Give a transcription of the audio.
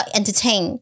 entertain